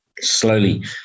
slowly